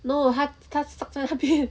no 它它 stuck 在那边